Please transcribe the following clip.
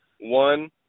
One